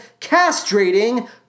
castrating